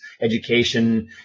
education